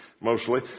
mostly